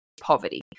poverty